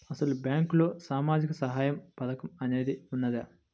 అసలు బ్యాంక్లో సామాజిక సహాయం పథకం అనేది వున్నదా?